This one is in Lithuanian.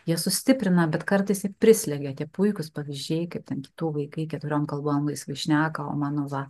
jie sustiprina bet kartais ir prislegia tie puikūs pavyzdžiai kaip ten kitų vaikai keturiom kalbom laisvai šneka o mano va